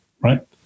right